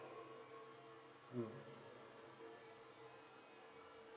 mm